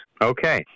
Okay